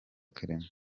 clement